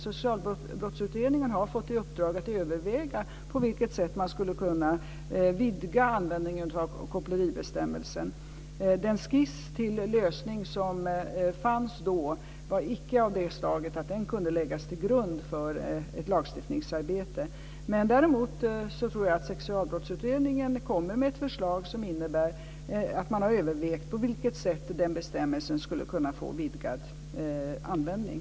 Sexualbrottsutredningen har fått i uppdrag att överväga på vilket sätt man skulle kunna vidga användningen av koppleribestämmelsen. Den skiss till lösning som då fanns var icke av det slaget att den kunde läggas till grund för ett lagstiftningsarbete. Däremot tror jag att Sexualbrottsutredningen kommer med ett förslag som innebär att man har övervägt på vilket sätt den bestämmelsen skulle kunna få vidgad användning.